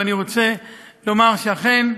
ואני רוצה לומר שאכן,